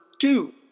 two